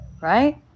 right